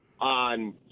on